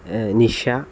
Nisha